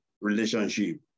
relationship